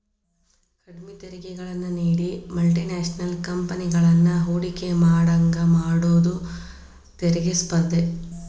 ಕಡ್ಮಿ ತೆರಿಗೆಗಳನ್ನ ನೇಡಿ ಮಲ್ಟಿ ನ್ಯಾಷನಲ್ ಕಂಪೆನಿಗಳನ್ನ ಹೂಡಕಿ ಮಾಡೋಂಗ ಮಾಡುದ ತೆರಿಗಿ ಸ್ಪರ್ಧೆ